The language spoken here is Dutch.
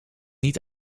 niet